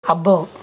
అబ్బో